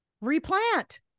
replant